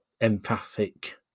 empathic